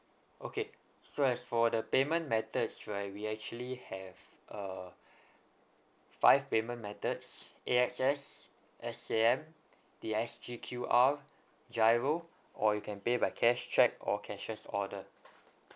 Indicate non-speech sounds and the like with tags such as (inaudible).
okay so as for the payment methods right we actually have uh (breath) five payment methods A_X_S S_A_M the S_G_Q_R GIRO or you can pay by cash cheque or cashier's order